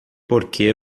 porque